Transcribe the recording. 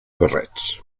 barrets